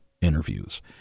interviews